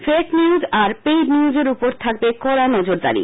fake news আর paid নিউজের উপর থাকবে কডা নজরদারি